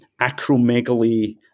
acromegaly